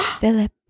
Philip